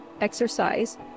exercise